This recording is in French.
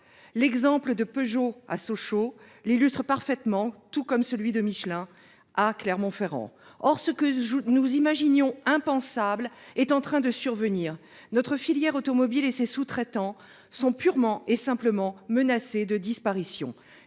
L'exemple de Peugeot à Sochaux l'illustre parfaitement, tout comme celui de Michelin, A Clermont-Ferrand. Or, ce que nous imaginions impensable est en train de survenir. Notre filière automobile et ses sous-traitants sont purement et simplement menacés de disparition.